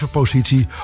positie